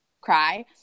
cry